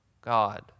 God